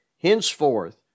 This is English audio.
henceforth